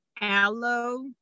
aloe